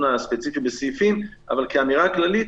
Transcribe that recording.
הספציפי בסעיפים אבל כאמירה כללית,